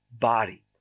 body